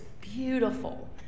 beautiful